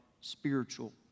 spiritual